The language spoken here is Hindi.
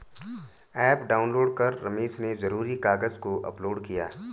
ऐप डाउनलोड कर रमेश ने ज़रूरी कागज़ को अपलोड किया